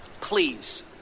please